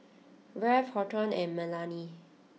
Rafe Horton and Melany